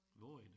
void